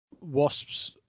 Wasps